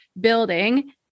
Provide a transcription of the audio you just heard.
building